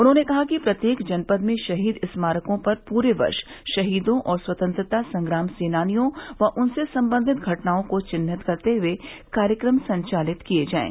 उन्होंने कहा कि प्रत्येक जनपद में शहीद स्मारकों पर पूरे वर्ष शहीदों और स्वतंत्रता संग्राम सेनानियों व उनसे सम्बंधित घटनाओं को चिन्हित करते हुए कार्यक्रम संचालित किए जायें